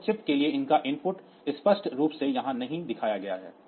तो चिप के लिए उनका इनपुट स्पष्ट रूप से यहां नहीं दिखाया गया है